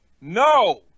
no